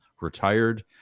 retired